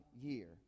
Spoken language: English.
year